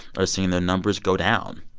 are seeing their numbers go down.